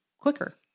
quicker